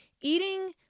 Eating